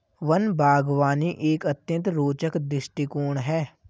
one बागवानी एक अत्यंत रोचक दृष्टिकोण है